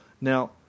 Now